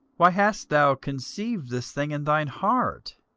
why hast thou conceived this thing in thine heart?